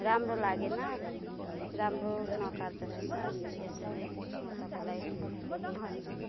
राम्रो लागेन राम्रो नकाट्दो रहेछ अनि यसैले म तपाईँलाई भन